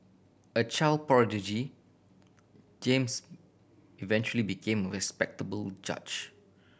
a child prodigy James eventually became respectable judge